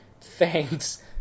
Thanks